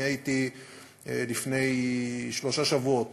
אני הייתי לפני שלושה שבועות